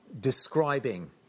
describing